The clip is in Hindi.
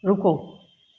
रुको